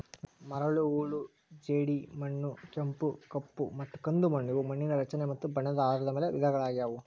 ಮರಳು, ಹೂಳು ಜೇಡಿ, ಗೋಡುಮಣ್ಣು, ಕೆಂಪು, ಕಪ್ಪುಮತ್ತ ಕಂದುಮಣ್ಣು ಇವು ಮಣ್ಣಿನ ರಚನೆ ಮತ್ತ ಬಣ್ಣದ ಆಧಾರದ ಮ್ಯಾಲ್ ವಿಧಗಳಗ್ಯಾವು